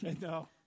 No